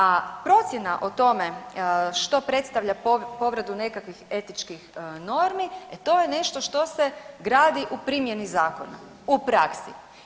A procjena o tome što predstavlja povredu nekakvih etičkih normi, e to je nešto što se gradi u primjeni zakona, u praksi.